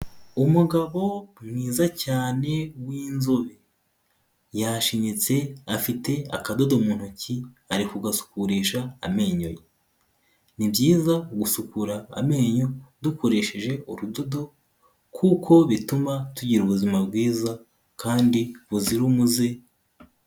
Umugabo mwiza cyane, w'inzobe. Yashinyitse afite akadodo mu ntoki, ari kugasukurisha amenyo ye. Ni byiza gusukura amenyo dukoresheje urudodo, kuko bituma tugira ubuzima bwiza kandi buzira umuze.